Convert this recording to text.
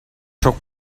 sóc